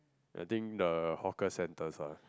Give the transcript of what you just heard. I think the hawker centers lah